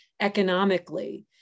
economically